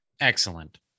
Excellent